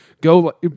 go